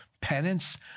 penance